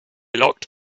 locked